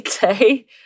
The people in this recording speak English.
day